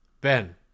ben